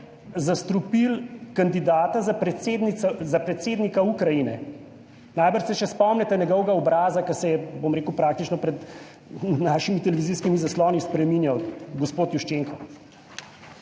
za predsednico, za predsednika Ukrajine. Najbrž se še spomnite njegovega obraza, ki se je, bom rekel, praktično pred našimi televizijskimi zasloni spreminjal. Gospod Juščenko,